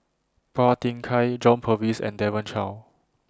Phua Thin Kiay John Purvis and Demon